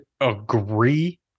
agree